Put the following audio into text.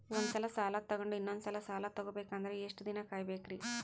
ಒಂದ್ಸಲ ಸಾಲ ತಗೊಂಡು ಇನ್ನೊಂದ್ ಸಲ ಸಾಲ ತಗೊಬೇಕಂದ್ರೆ ಎಷ್ಟ್ ದಿನ ಕಾಯ್ಬೇಕ್ರಿ?